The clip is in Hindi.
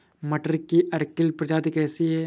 मटर की अर्किल प्रजाति कैसी है?